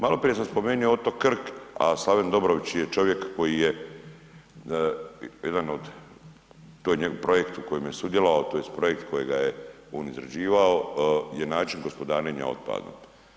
Maloprije sam spomenuo otok Krk a Slave Dobrović je čovjek koji je, jedan od, to je njegov projekt u kojem je sudjelovao, tj. projekt kojega je on izrađivao je način gospodarenja otpadom.